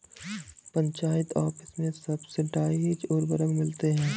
panchayat office में subsidised उर्वरक मिल रहे हैं